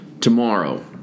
tomorrow